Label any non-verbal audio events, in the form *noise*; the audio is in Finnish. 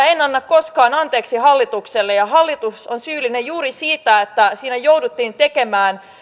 *unintelligible* en anna koskaan anteeksi hallitukselle hallitus on syyllinen juuri siihen että siinä jouduttiin tekemään